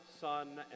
Son